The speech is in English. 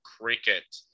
cricket